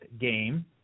game